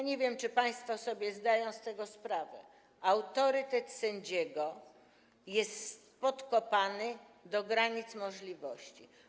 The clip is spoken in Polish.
Nie wiem, czy państwo sobie zdają z tego sprawę - autorytet sędziego jest podkopany do granic możliwości.